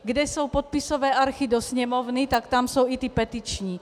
Kde jsou podpisové archy do sněmovny, tak tam jsou i ty petiční.